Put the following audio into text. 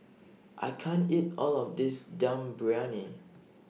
I can't eat All of This Dum Briyani